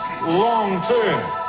long-term